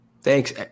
Thanks